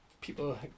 people